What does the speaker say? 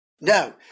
No